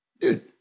dude